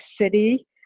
city